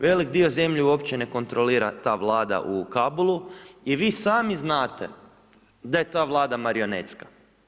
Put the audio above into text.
Velik dio zemlje uopće ne kontrolira ta Vlada u Kabulu i vi sami znate daje ta Vlada marionetska.